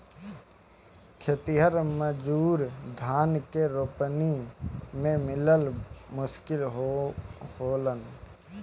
खेतिहर मजूर धान के रोपनी में मिलल मुश्किल होलन